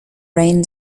rain